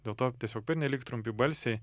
dėl to tiesiog pernelyg trumpi balsiai